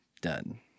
Done